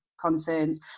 concerns